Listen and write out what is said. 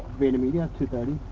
vaynermedia, two thirty.